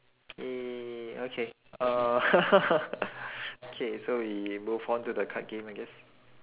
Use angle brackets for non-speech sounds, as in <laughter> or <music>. !yay! okay uh <laughs> K so we move onto the card game I guess